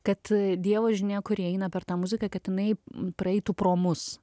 kad dievo žinia kuri eina per tą muziką kad jinai praeitų pro mus